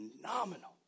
Phenomenal